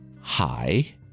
Hi